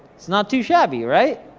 it's not too shabby, right?